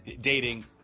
dating